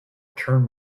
turn